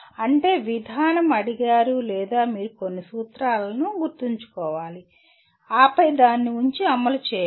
అంటే విధానం అడిగారు లేదా మీరు కొన్ని సూత్రాలను గుర్తుంచుకోవాలి ఆపై దాన్ని ఉంచి అమలు చేయండి